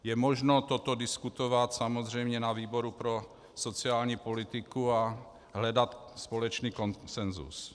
Je možno toto diskutovat samozřejmě na výboru pro sociální politiku a hledat společný konsenzus.